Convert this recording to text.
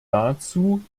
dazu